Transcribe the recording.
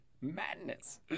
madness